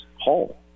whole